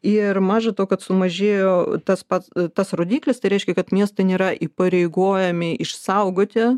ir maža to kad sumažėjo tas pats tas rodiklis tai reiškia kad miestai nėra įpareigojami išsaugoti